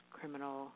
criminal